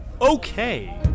Okay